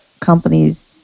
companies